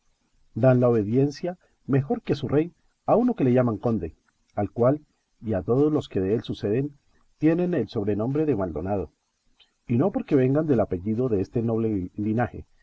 dan la obediencia mejor que a su rey a uno que llaman conde al cual y a todos los que dél suceden tienen el sobrenombre de maldonado y no porque vengan del apellido deste noble linaje